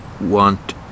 want